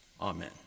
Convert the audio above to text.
Amen